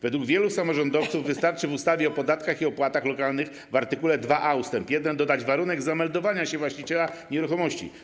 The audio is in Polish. Według wielu samorządowców wystarczy w ustawie o podatkach i opłatach lokalnych w art. 2a ust. 1 dodać warunek zameldowania się właściciela nieruchomości.